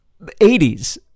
80s